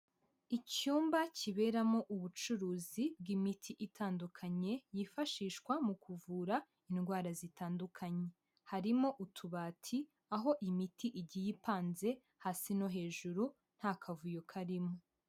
Icyumba kiberamo ubucuruzi bw'imiti itandukanye yifashishwa mu kuvura indwara zitandukanye. Harimo utubati, aho imiti igiye ipanze hasi no hejuru nta kavuyo karimo.